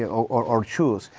ah or, or, or shoes.